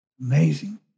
amazing